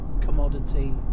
commodity